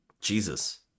Jesus